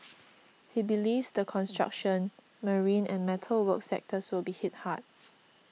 he believes the construction marine and metal work sectors will be hit hard